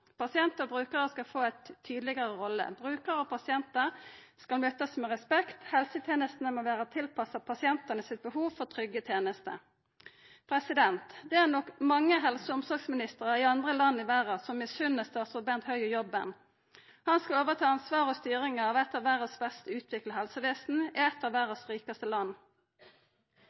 Pasientar og brukarar skal få ei tydelegare rolle. Brukarar og pasientar skal møtast med respekt. Helsetenestene må vera tilpassa pasientanes behov for trygge tenester. Det er nok mange helse- og omsorgsministrar i andre land i verda som misunner statsråd Bent Høie jobben. Han skal overta ansvaret for og styringa av eit av verdas best utvikla helsevesen i eit av verdas rikaste land.